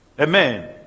Amen